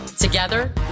Together